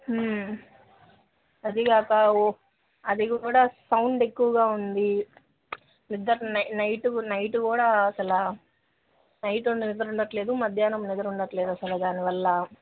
అదీ కాక ఓ అదికూడా సౌండ్ ఎక్కువగా ఉంది నిద్ర నైటు నైటు కూడా అసలు నైట్ నిద్ర ఉండడం లేదు మధ్యాహ్నం నిద్ర ఉండడం లేదు అసలు దానివల్ల